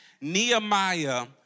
Nehemiah